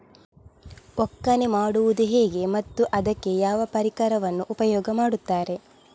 ಒಕ್ಕಣೆ ಮಾಡುವುದು ಹೇಗೆ ಮತ್ತು ಅದಕ್ಕೆ ಯಾವ ಪರಿಕರವನ್ನು ಉಪಯೋಗ ಮಾಡುತ್ತಾರೆ?